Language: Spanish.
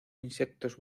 insectos